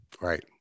right